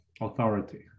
authority